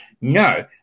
no